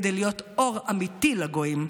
כדי להיות אור אמיתי לגויים,